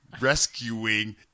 rescuing